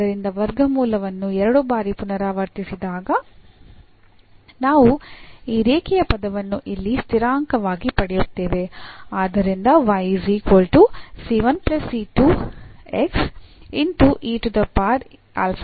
ಆದ್ದರಿಂದ ವರ್ಗಮೂಲವನ್ನು 2 ಬಾರಿ ಪುನರಾವರ್ತಿಸಿದಾಗ ನಾವು ಈ ರೇಖೀಯ ಪದವನ್ನು ಇಲ್ಲಿ ಸ್ಥಿರಾಂಕವಾಗಿ ಪಡೆಯುತ್ತೇವೆ